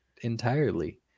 entirely